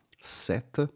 set